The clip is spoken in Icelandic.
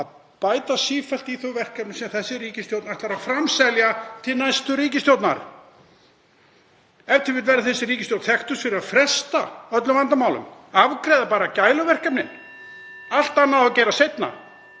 Það bætist sífellt í þau verkefni sem þessi ríkisstjórn ætlar að framselja til næstu ríkisstjórnar. Ef til vill verður þessi ríkisstjórn þekktust fyrir að fresta öllum vandamálum, afgreiða bara gæluverkefnin. Allt annað á að gera seinna,